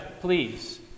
please